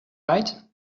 right